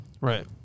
Right